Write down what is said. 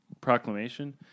proclamation